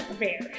rare